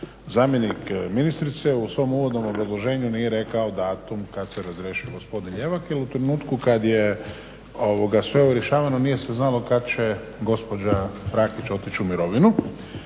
zamjenik ministrice u svom uvodnom obrazloženju nije rekao datum kada se razrješuje gospodin Ljevak jer u trenutku kada je sve ovo rješavano nije se znalo kada će gospođa Rakić otići u mirovinu.